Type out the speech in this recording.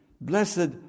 Blessed